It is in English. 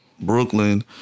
Brooklyn